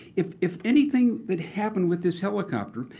if if anything that happened with this helicopter,